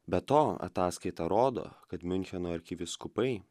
be to ataskaita rodo kad miuncheno arkivyskupai